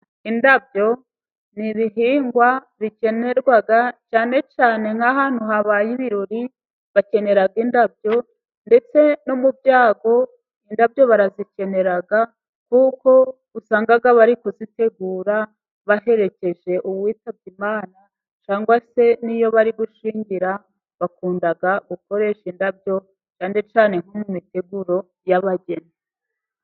Indabyo n'ibihingwa bikenerwa cyane cyane nk'ahantu habaye ibirori, bakenera indabyo ndetse no mu byago, indabyo barazikenera kuko usanga bari kuzitegura baherekeje uwitabye Imana cyangwa se niyo bari gushyingira, bakunda gukoreshe indabyo cyane cyane nko mu m'imiteguro y'abageni.